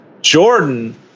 Jordan